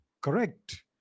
correct